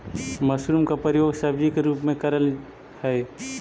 mushroom का प्रयोग सब्जी के रूप में करल हई